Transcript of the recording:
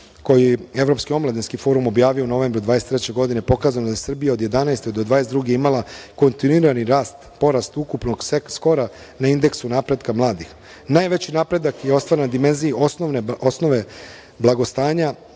koji je Evropski omladinski forum objavio u novembru 2023. godine, pokazano da je Srbija od 2011. do 2022. godine imala kontinuirani rast, porast ukupnog skora na Indeksu napretka mladih. Najveći napredak je ostvaren na dimenziji osnove blagostanja,